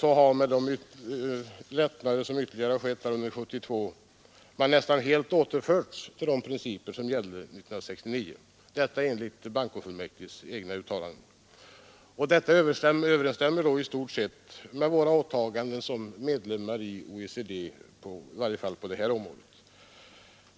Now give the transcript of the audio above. har de — med de ytterligare lättnader som genomförts under 1972 — nästan helt återförts till de principer som gällde 1969, detta enligt bankofullmäktiges egna uttalanden. Och det överensstämmer i stort sett med våra åtaganden som medlem i OECD, i varje fall på detta område.